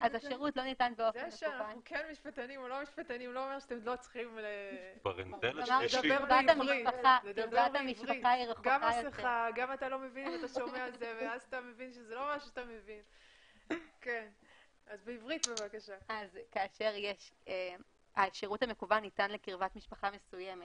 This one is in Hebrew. השירות המקוון ניתן לקרבת משפחה מסוימת